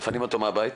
אותו מהבית?